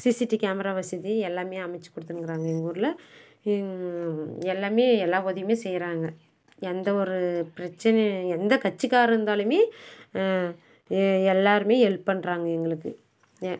CCTV camera வசதி எல்லாமே அமைத்து கொடுத்துனுக்குறாங்க எங்கள் ஊரில் எல்லாமே எல்லா உதவியுமே செய்கிறாங்க எந்த ஒரு பிரச்சனை எந்த கட்சிக்காரர் இருந்தாலுமே எல்லோருமே ஹெல்ப் பண்ணுறாங்க எங்களுக்கு